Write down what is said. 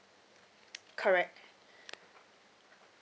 correct